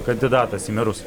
kandidatas į merus